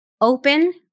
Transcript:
open